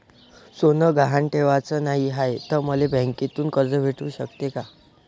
सोनं गहान ठेवाच नाही हाय, त मले बँकेतून कर्ज भेटू शकते का?